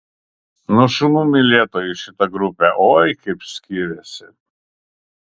nuo šunų mylėtojų šita grupė oi kaip skiriasi